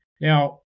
Now